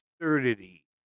absurdity